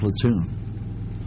platoon